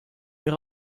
ihre